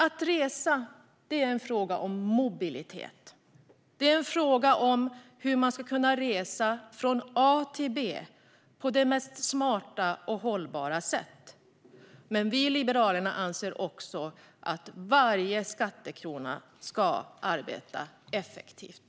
Att resa är en fråga om mobilitet. Det är en fråga om hur man ska kunna resa från A till B på det mest smarta och mest hållbara sättet. Men vi liberaler anser också att varje skattekrona ska arbeta effektivt.